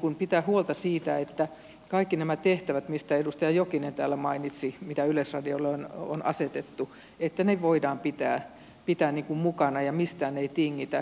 tulisi pitää huolta siitä että kaikki nämä tehtävät joista edustaja jokinen täällä mainitsi jotka yleisradiolle on asetettu voidaan pitää mukana ja mistään ei tingitä